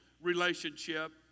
relationship